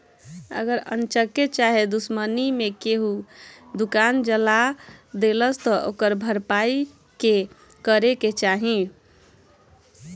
अगर अन्चक्के चाहे दुश्मनी मे केहू दुकान जला देलस त ओकर भरपाई के करे के चाही